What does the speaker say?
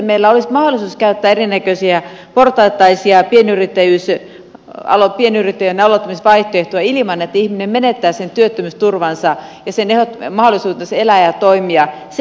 meillä olisi mahdollisuus käyttää erinäköisiä portaittaisia pienyrittäjien aloittamisvaihtoehtoja ilman että ihminen menettää sen työttömyysturvansa ja mahdollisuutensa elää ja toimia